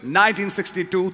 1962